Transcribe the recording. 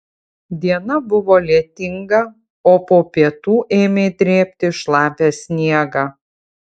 diena buvo lietinga o po pietų ėmė drėbti šlapią sniegą